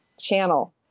channel